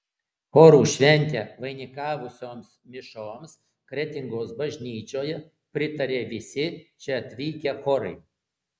chorų šventę vainikavusioms mišioms kretingos bažnyčioje pritarė visi čia atvykę chorai